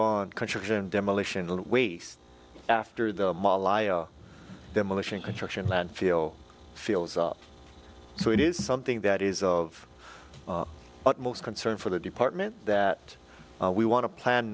on conservation demolition waste after the demolition construction landfill fills up so it is something that is of utmost concern for the department that we want to plan